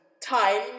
Time